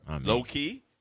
low-key